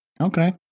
Okay